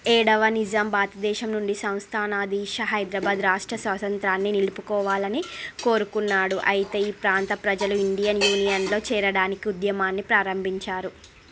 ఏడవ నిజాం భారతదేశం నుండి సంస్థానాదీశ హైదరాబాద్ రాష్ట్ర స్వాతంత్రాన్ని నిలుపుకోవాలని కోరుకున్నాడు అయితే ఈ ప్రాంత ప్రజలు ఇండియన్ యూనియన్లో చేరడానికి ఉద్యమాన్ని ప్రారంభించారు